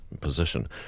position